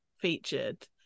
featured